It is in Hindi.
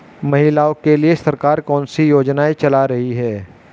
महिलाओं के लिए सरकार कौन सी योजनाएं चला रही है?